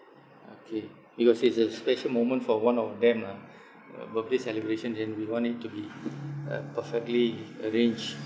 okay because it's a special moment for one of them ah uh birthday celebration then we want it to be uh perfectly arranged